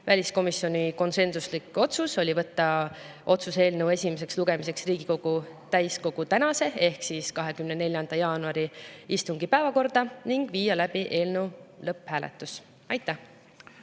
Väliskomisjoni konsensuslik otsus oli võtta otsuse eelnõu esimeseks lugemiseks Riigikogu täiskogu tänase ehk 24. jaanuari istungi päevakorda ning viia läbi eelnõu lõpphääletus. Aitäh!